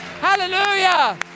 Hallelujah